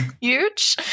Huge